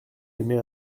émet